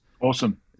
Awesome